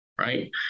Right